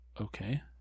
Okay